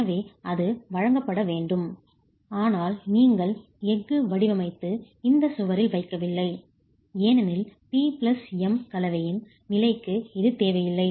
எனவே அது வழங்கப்பட வேண்டும் ஆனால் நீங்கள் எஃகு வடிவமைத்து இந்த சுவரில் வைக்கவில்லை ஏனெனில் P பிளஸ் M கலவையின் நிலைக்கு இது தேவையில்லை